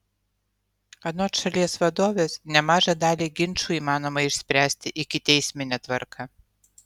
anot šalies vadovės nemažą dalį ginčų įmanoma išspręsti ikiteismine tvarka